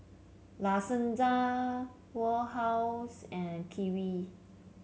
La Senza Warehouse and Kiwi